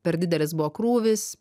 per didelis buvo krūvis